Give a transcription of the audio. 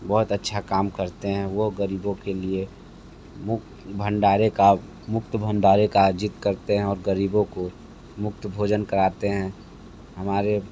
बहुत अच्छा काम करते हैं वो ग़रीबों के लिए मुफ़्त भंडारे का मुफ़्त भंडारे का आयोजन करते हैं और ग़रीबों को मुफ़्त भोजन करते हैं हमारा